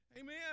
Amen